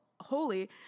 holy